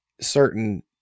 Certain